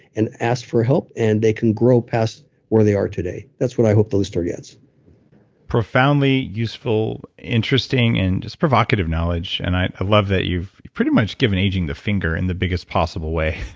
and ask for help and they can grow past where they are today. that's what i hope the listener gets profoundly useful, interesting, and just provocative knowledge. and i love that you've pretty much given aging the finger in the biggest possible way.